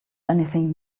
anything